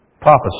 prophecy